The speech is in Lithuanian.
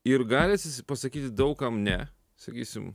ir gali pasakyti daug kam ne sakysim